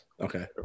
Okay